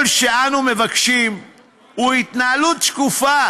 כל מה שאנו מבקשים הוא התנהלות שקופה,